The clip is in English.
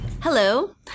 Hello